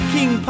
King